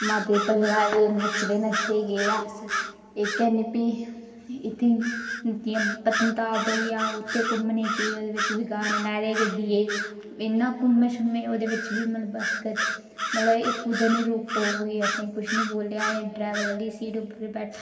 माता दे भजन लाए दे हे नचदे नचदे गे अस इक ऐनी फ्ही जि'यां पत्नीटाप होई गेआ उत्थै घुम्मने गी गे ओह्दे बिच बी गाने लाए दे हे गड्डिये च इन्ना घुम्मे शुम्मे ओह्दे बिच बी मतलब कुतै निं रोक टोक होई असेंगी किश निं बोलदे असें डरैवर आह्ली सीट उप्पर बैठे